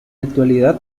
actualidad